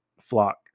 flock